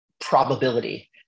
probability